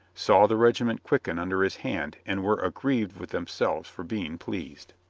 saw the regi ment quicken under his hand and were aggrieved with themselves for being pleased.